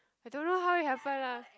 I don't know how it happened lah